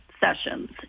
sessions